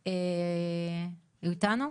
איתנו?